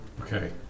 Okay